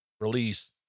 release